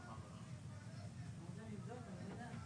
לא קובעים רגולציה על תקן שלושת הרבנים.